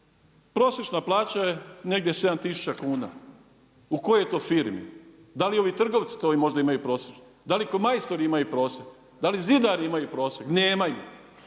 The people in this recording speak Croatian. Prosječna plaća je negdje 7 tisuća kuna. U kojoj je to firmi. Da li ovi trgovci to možda imaju prosječno? Da li ko majstori imaju prosjek? Da li zidari imaju prosjek? Nemaju.